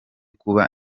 kuba